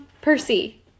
Percy